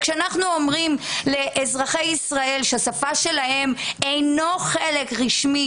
כשאנחנו אומרים לאזרחי ישראל שהשפה שלהם אינה חלק רשמי